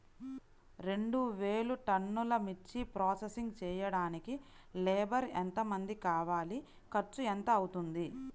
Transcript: రెండు వేలు టన్నుల మిర్చి ప్రోసెసింగ్ చేయడానికి లేబర్ ఎంతమంది కావాలి, ఖర్చు ఎంత అవుతుంది?